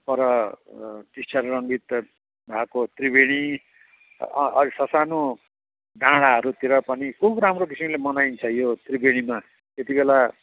पर टिस्टा रङ्गीत भएको त्रिवेणी अनि ससानो डाँडाहरूतिर पनि खुब राम्रो किसिमले मनाइन्छ यो त्रिवेणीमा त्यति बेला